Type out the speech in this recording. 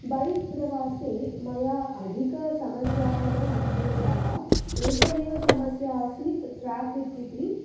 bike प्रवासे मया अधिका समस्याः न अनुभूताः एकमेव समस्या असीत् ट्राफिक् इति